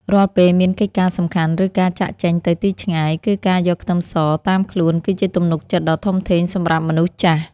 រាល់ពេលមានកិច្ចការសំខាន់ឬការចាកចេញទៅទីឆ្ងាយគឺការយកខ្ទឹមសតាមខ្លួនគឺជាទំនុកចិត្តដ៏ធំធេងសម្រាប់មនុស្សចាស់។